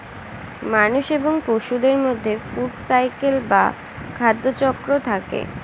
মানুষ এবং পশুদের মধ্যে ফুড সাইকেল বা খাদ্য চক্র থাকে